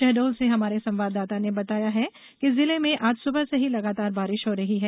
शहडोल से हमारे संवाददाता ने बताया है कि जिले में आज सुबह से ही लगातार बारिश हो रही है